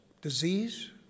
disease